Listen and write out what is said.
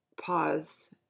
pause